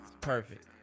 perfect